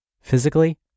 physically